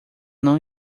não